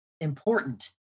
important